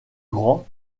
grand